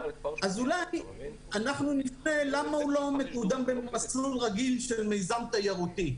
אז אולי אנחנו נפנה למה הוא לא מקודם במסלול רגיל של מיזם תיירותי.